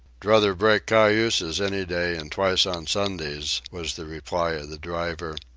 druther break cayuses any day, and twice on sundays, was the reply of the driver,